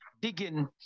digging